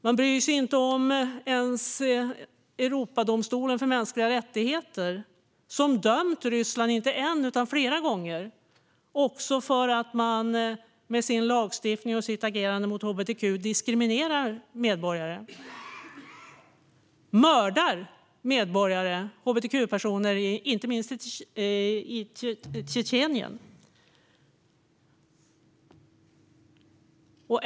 De bryr sig inte ens om Europadomstolen för mänskliga rättigheter, som har dömt Ryssland inte bara en utan flera gånger för att de med sin lagstiftning och sitt agerande mot hbtq-personer diskriminerar medborgare. De mördar hbtq-personer och andra medborgare, inte minst i Tjetjenien.